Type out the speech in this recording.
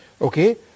Okay